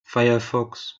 firefox